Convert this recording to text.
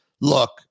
look